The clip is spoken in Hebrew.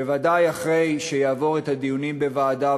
בוודאי אחרי שיעבור את הדיונים בוועדה,